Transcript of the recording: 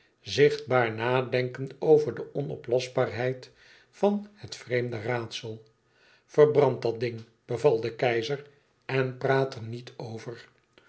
zichtbaar nadenkend over de onoplosbaarheid van het vreemde raadsel verbrand dat ding beval de keizer en praat er niet over